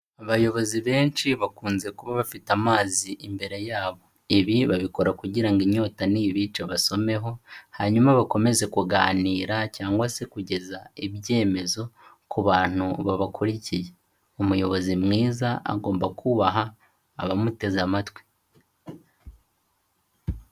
Abayobozi benshi bakunze kuba bafite amazi imbere yabo, ibi babikora kugira ngo inyota nibica basomeho hanyuma bakomeze kuganira cyangwa se kugeza ibyemezo ku bantu babakurikiye. Umuyobozi mwiza agomba kubaha abamuteze amatwi.